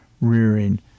rearing